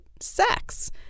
Sex